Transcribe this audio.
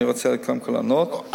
אני רוצה קודם כול לענות,